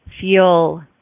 feel